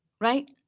right